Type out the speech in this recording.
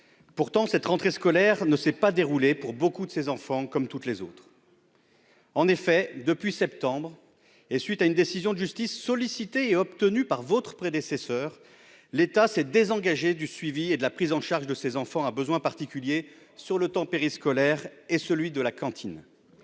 Pourtant, cette rentrée scolaire ne s'est pas déroulée, pour beaucoup de ces enfants, comme toutes les autres. En effet, depuis septembre, à la suite d'une décision de justice sollicitée et obtenue par votre prédécesseur, l'État s'est désengagé du suivi et de la prise en charge de ces enfants à besoins particuliers sur le temps périscolaire et celui de la cantine.